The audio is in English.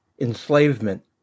enslavement